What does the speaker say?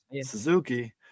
Suzuki